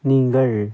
நீங்கள்